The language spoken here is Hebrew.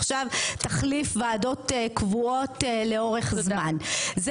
עכשיו תחליף ועדות קבועות לאורך זמן.